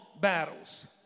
battles